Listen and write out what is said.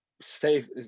safe